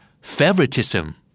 Favoritism